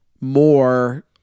more